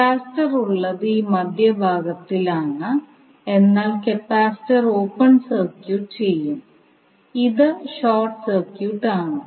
capacitor ഉള്ളത് ഈ മധ്യ ഭാഗത്തിൽ ആണ് എന്നാൽ കപ്പാസിറ്റർ ഓപ്പൺ സർക്യൂട്ട് ചെയ്യും ഇത് ഷോർട്ട് സർക്യൂട്ട് ആണ്